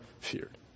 feared